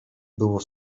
było